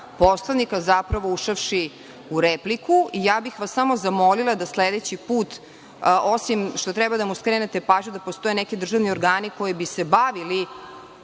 Poslovnik, a zapravo ušavši u repliku. Samo bih vas zamolila da sledeći put, osim što treba da mu skrenete pažnju da postoje neki državni organi koji bi se bavili